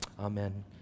Amen